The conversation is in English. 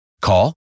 Call